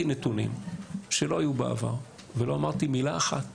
נתונים שלא היו בעבר ולא אמרתי מילה אחת